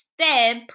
step